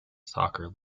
soccer